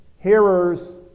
Hearers